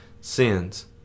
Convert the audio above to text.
sins